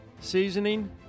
seasoning